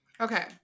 Okay